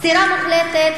סתירה מוחלטת,